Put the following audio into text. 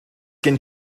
gen